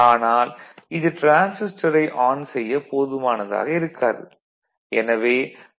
ஆனால் இது டிரான்சிஸ்டரை ஆன் செய்ய போதுமானதாக இருக்காது